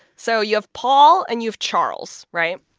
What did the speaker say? so you have paul, and you have charles, right?